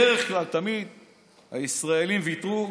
בדרך כלל תמיד הישראלים ויתרו,